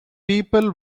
people